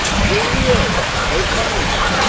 here he is! they've found him,